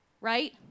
right